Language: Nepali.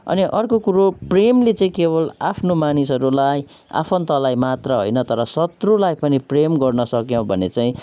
अनि अर्को कुरो प्रेमले चाहिँ केवल आफ्नो मानिसहरूलाई आफन्तलाई मात्र होइन तर शत्रुलाई पनि प्रेम गर्न सक्यौँ भने चाहिँ